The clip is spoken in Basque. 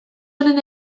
honen